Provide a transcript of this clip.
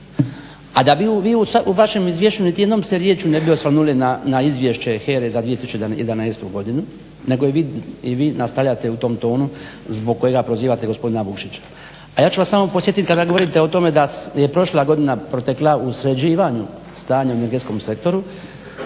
a da bi vi u vašem izvješću niti jednom se riječju ne bi osvrnuli na izvješće HERE za 2011. Godinu nego je vi nastavljate u tom tonu zbog kojega prozivate gospodina Vukšića. A ja ću vas samo podsjetiti kada govorite o tome da je prošla godina protekla u sređivanju stanja u energetskom sektoru,